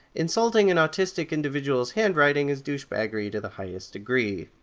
insulting an autistic individual's handwriting is douchebaggery to the highest degree.